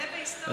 זה בהיסטוריה.